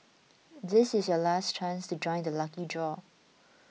this is your last chance to join the lucky draw